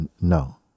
No